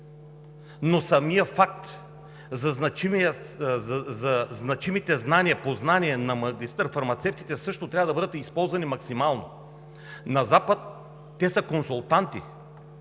но самият факт за значимите познания на магистър-фармацевтите, те също трябва да бъдат използвани максимално. На Запад те са консултанти